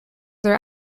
their